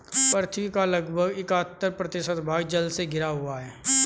पृथ्वी का लगभग इकहत्तर प्रतिशत भाग जल से घिरा हुआ है